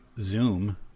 zoom